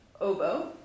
oboe